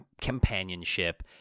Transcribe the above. companionship